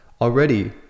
Already